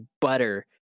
butter